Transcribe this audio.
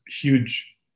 huge